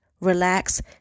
relax